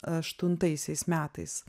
aštuntaisiais metais